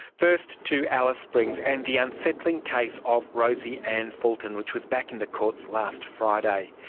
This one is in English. first to alice springs and the unsettling case of rosie anne fulton which was back in the courts last friday.